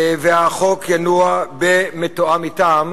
והחוק ינוע בתיאום אתם,